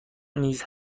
نیز